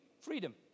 freedom